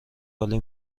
عالی